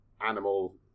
animal